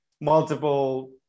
multiple